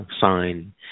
sign